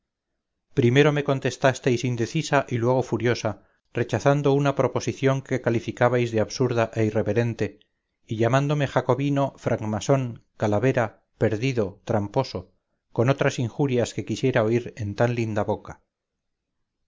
primero me contestasteis indecisa y luego furiosa rechazando una proposición que calificabais de absurda e irreverente y llamándome jacobino francmasón calavera perdido tramposo con otras injurias que quisiera oír en tan linda boca